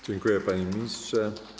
Dziękuję, panie ministrze.